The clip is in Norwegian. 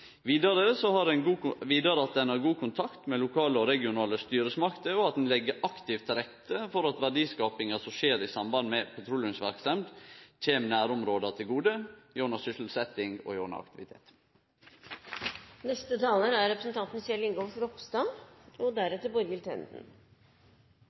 Vidare har vi forventningar til at ein har god kontakt med lokale og regionale styresmakter, og at ein legg aktivt til rette for at verdiskapinga som skjer i samband med petroleumsverksemd, kjem nærområda til gode gjennom sysselsetting og gjennom aktivitet. Dette er